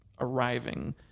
arriving